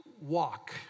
walk